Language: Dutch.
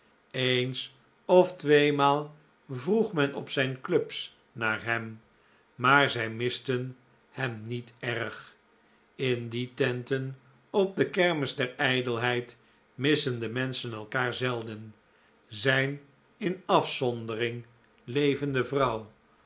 eens of tweemaal vroeg men op zijn clubs naar hem maar zij misten hem niet erg in die tenten op de kermis der ijdelheid missen de menschen elkaar zelden zijn in afzondering levende vrouw